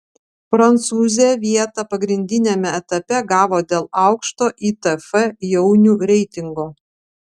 prancūzė vietą pagrindiniame etape gavo dėl aukšto itf jaunių reitingo